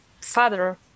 father